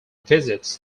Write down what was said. visits